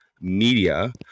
media